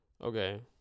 Okay